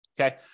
Okay